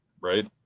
right